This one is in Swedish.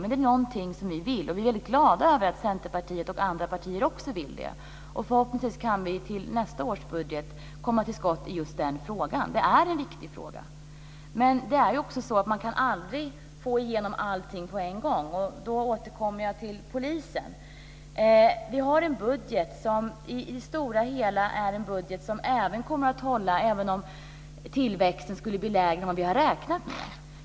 Men det är någonting som vi vill, och vi är väldigt glada över att Centerpartiet och även andra partier vill det. Förhoppningsvis kan vi till nästa års budget komma till skott i just den frågan. Det är en viktig fråga. Men man kan aldrig få igenom allting på en gång. Då återkommer jag till polisen. Vi har en budget som i det stora hela kommer att hålla även om tillväxten skulle bli lägre än vi har räknat med.